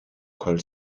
call